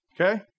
Okay